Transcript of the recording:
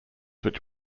which